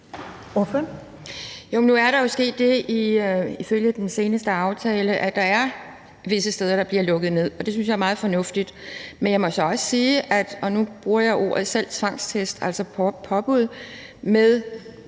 af den seneste aftale, at der er visse steder, der bliver lukket ned, og det synes jeg er meget fornuftigt. Men jeg må så også sige, at jeg synes, at – og nu bruger jeg selv ordet – tvangstest, altså påbud med